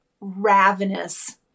ravenous